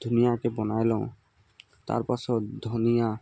ধুনীয়াকৈ বনাই লওঁ তাৰপাছত ধনিয়া